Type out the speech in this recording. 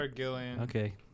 Okay